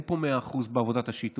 אין פה 100% בעבודת השיטור,